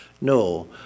No